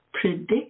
predict